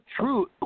Truth